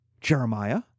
Jeremiah